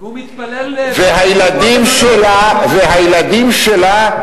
והוא מתפלל, והילדים שלה,